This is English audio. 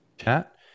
chat